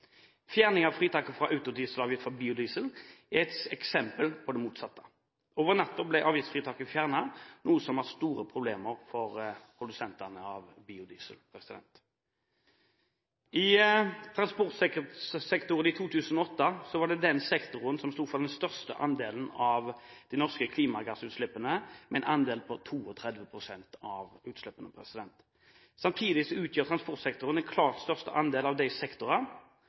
av fritaket fra autodieselavgift for biodiesel er ett eksempel på det motsatte. Over natten ble avgiftsfritaket fjernet, noe som har skapt store problemer for produsentene av biodiesel. Transportsektoren var den sektoren som i 2008 sto for den største andelen av de norske klimagassutslippene, med en andel på 32 pst. av utslippene. Samtidig utgjør transportsektoren den klart største del av de sektorene